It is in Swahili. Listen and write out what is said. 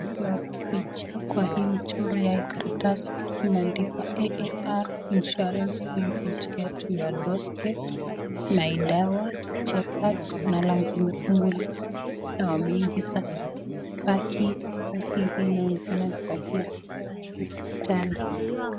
Tumepewa picha, kwa hii mchoro ya hii karatasi kumeandikwa AAR insurance brings healthcare to your door step , my dawa, checkups. Kuna mlango umefunguliwa, wameingiza bagi. Bagi hii inaonekana kuwa ni ya hospitali.